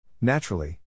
Naturally